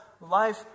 life